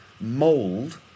Mold